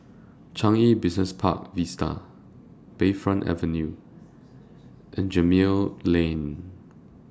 Changi Business Park Vista Bayfront Avenue and Gemmill Lane